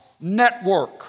network